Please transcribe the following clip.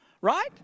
right